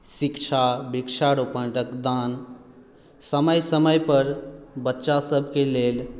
शिक्षा वृक्षारोपण रक्तदान समय समयपर बच्चासभके लेल